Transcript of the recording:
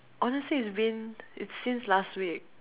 honestly it's been it's since last week